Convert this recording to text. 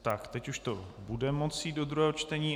Tak teď už to bude moci jít do druhého čtení.